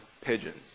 pigeons